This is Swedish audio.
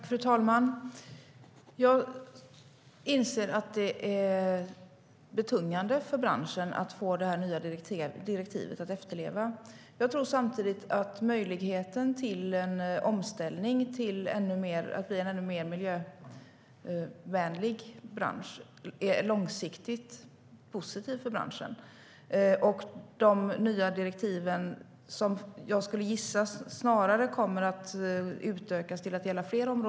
Fru talman! Jag inser att det är betungande för branschen att få det här nya direktivet att efterleva. Jag tror samtidigt att möjligheten att ställa om till en ännu mer miljövänlig bransch är långsiktigt positiv för branschen. Jag skulle gissa att de nya direktiven snarare kommer att utökas till att gälla fler områden.